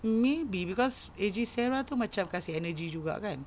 maybe because A_J sarah tu macam kasi energy juga kan